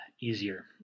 easier